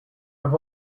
have